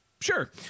Sure